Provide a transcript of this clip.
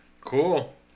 Cool